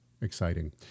exciting